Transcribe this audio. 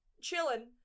chilling